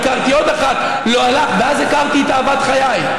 הכרתי עוד אחת, לא הלך, ואז הכרתי את אהבת חיי.